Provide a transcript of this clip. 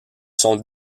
sont